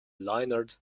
leonard